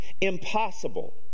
impossible